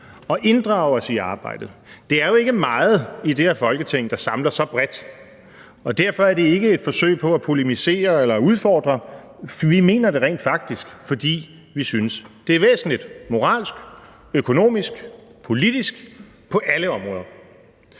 og inddrage os i arbejdet. Det er jo ikke meget i det her Folketing, der samler så bredt, og derfor er det ikke et forsøg på at polemisere eller udfordre; vi mener det rent faktisk, fordi vi synes, det er væsentligt moralsk, økonomisk, politisk, på alle områder.